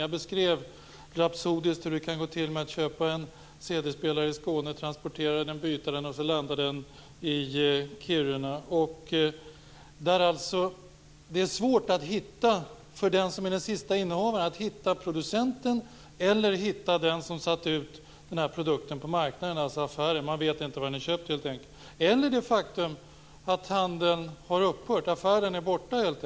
Jag beskrev rapsodiskt hur det kan gå till om man köper en cd-spelare i Skåne, transporterar den och byter den och slutligen landar i Kiruna. För den som är den slutliga innehavaren är det svårt att hitta producenten eller den som satte ut produkten på marknaden, dvs. affären; man vet helt enkelt inte var den är köpt. Det kan också vara så att handeln har upphört, att affären helt enkelt är borta.